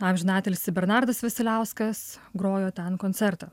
amžinatilsį bernardas vasiliauskas grojo ten koncertą